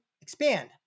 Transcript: expand